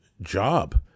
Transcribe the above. job